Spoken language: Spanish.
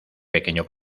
pequeño